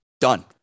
Done